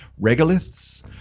regoliths